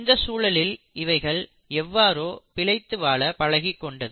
இந்த சூழலில் இவைகள் எவ்வாறோ பிழைத்து வாழ பழகிக் கொண்டது